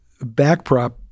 Backprop